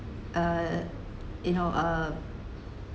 uh you know uh